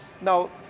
Now